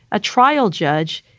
a trial judge,